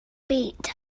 byd